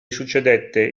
succedette